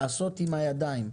לעשות עם הידיים.